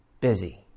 busy